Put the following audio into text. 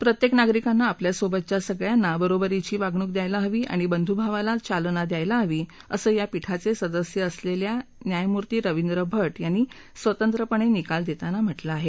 प्रत्येक नागरिकानं आपल्या सोबतच्या सगळ्यांना बरोबरीची वागणूक द्यायला हवी आणि बंधुभावाला चालना द्यायला हवी असं या पीठाचे सदस्य असलेल्या न्यायमूर्ती रविंद्र भाग्यांनी स्वतंत्रपणे निकाल देताना म्हा झिं आहे